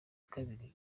kabiri